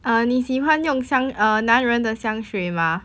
uh 你喜欢用香 uh 男人的香水吗